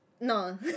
No